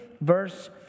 verse